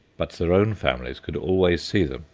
but their own families could always see them,